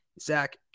Zach